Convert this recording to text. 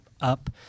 up